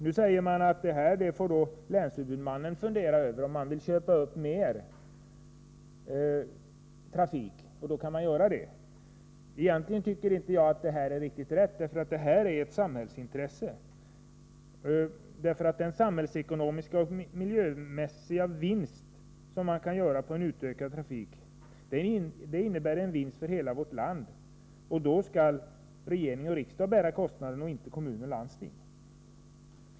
Nu säger man att det är länshuvudmannen som får fundera över om man vill köpa upp mer trafik. Då kan man göra det. Egentligen tycker inte jag att det är riktigt rätt. Detta är ett samhällsintresse. Den samhällsekonomiska och miljömässiga vinst man kan göra på en utökad trafik innebär en vinst för hela vårt land, och då skall regering och riksdag bära kostnaden och inte kommun och landsting.